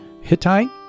Hittite